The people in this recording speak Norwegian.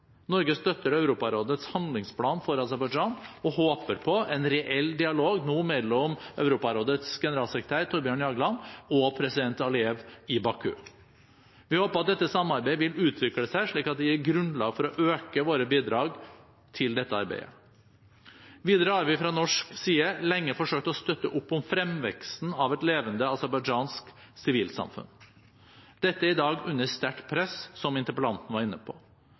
Norge støtter Europarådets handlingsplan for Aserbajdsjan og håper på en reell dialog mellom Europarådets generalsekretær, Thorbjørn Jagland, og president Aliyev i Baku. Vi håper at dette samarbeidet vil utvikle seg slik at det gir grunnlag for å øke våre bidrag til dette arbeidet. Videre har vi fra norsk side lenge forsøkt å støtte opp om fremveksten av et levende aserbajdsjansk sivilsamfunn. Dette er i dag under sterkt press, som interpellanten var inne på.